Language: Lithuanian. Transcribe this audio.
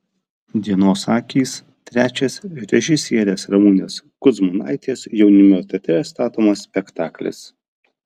dienos akys trečias režisierės ramunės kudzmanaitės jaunimo teatre statomas spektaklis